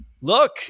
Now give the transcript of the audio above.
Look